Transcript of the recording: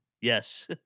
yes